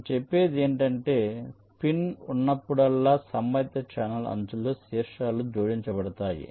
నేను చెప్పేది ఏమిటంటే పిన్ ఉన్నప్పుడల్లా సంబంధిత ఛానల్ అంచులో శీర్షాలు జోడించబడతాయి